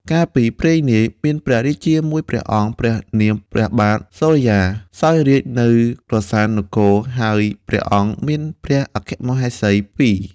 កាលពីព្រេងនាយ មានព្រះរាជាមួយព្រះអង្គ ព្រះនាម ព្រះបាទសូរិយា សោយរាជ្យនៅក្រសាន់នគរ ហើយព្រះអង្គមានព្រះអគ្គមហេសីពីរ។